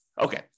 Okay